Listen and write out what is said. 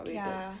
ya